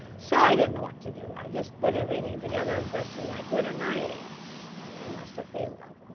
so, i didn't know what to do. i just put everything together as best as i could. and i must've failed that